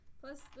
Plus